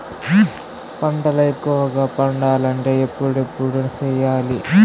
పంటల ఎక్కువగా పండాలంటే ఎప్పుడెప్పుడు సేయాలి?